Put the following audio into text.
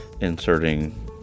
inserting